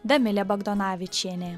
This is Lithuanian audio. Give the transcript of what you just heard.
damilė bagdonavičienė